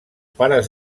pares